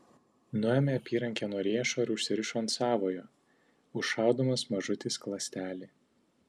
nuėmė apyrankę nuo riešo ir užsirišo ant savojo užšaudamas mažutį skląstelį